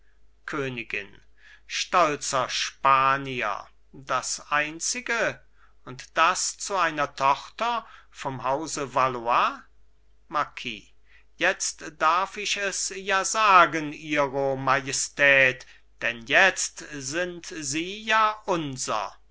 königin stolzer spanier das einzige und das zu einer tochter vom hause valois marquis jetzt darf ich es ja sagen ihre majestät denn jetzt sind sie ja unser